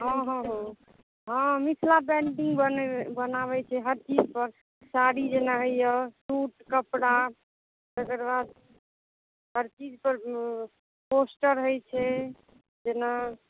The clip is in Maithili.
हॅं हॅं हॅं मिथिला पेंटिंग बनाबै छै हर चीज पर शादी जेना होइया ओ कपड़ा तकर बाद हर चीज पर पोस्टर होइ छै जेना